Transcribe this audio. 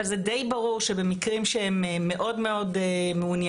אבל זה די ברור במקרים שהם מאוד מאוד מעוניינים